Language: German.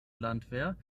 landwehr